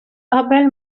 qabel